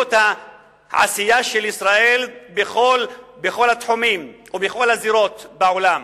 וזאת העשייה של ישראל בכל התחומים ובכל הזירות בעולם,